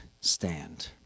stand